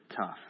tough